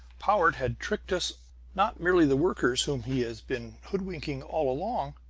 powart had tricked us not merely the workers, whom he has been hoodwinking all along,